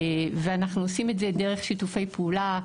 ואנחנו עושים את זה דרך שיתופי פעולה,